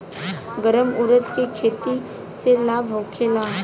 गर्मा उरद के खेती से लाभ होखे ला?